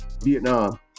Vietnam